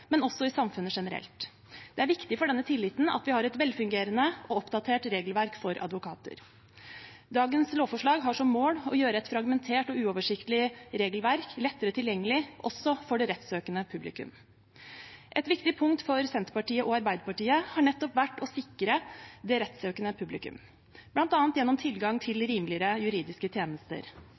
i samfunnet generelt. Det er viktig for denne tilliten at vi har et velfungerende og oppdatert regelverk for advokater. Dagens lovforslag har som mål å gjøre et fragmentert og uoversiktlig regelverk lettere tilgjengelig også for det rettssøkende publikum. Et viktig punkt for Senterpartiet og Arbeiderpartiet har nettopp vært å sikre det rettssøkende publikum, bl.a. gjennom tilgang til rimeligere juridiske tjenester.